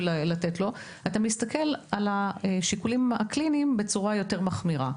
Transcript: אתה מסתכל על השיקולים הקליניים בצורה יותר מחמירה,